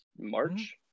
March